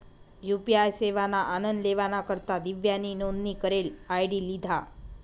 UPI सेवाना आनन लेवाना करता दिव्यानी नोंदनी करेल आय.डी लिधा